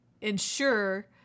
ensure